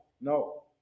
no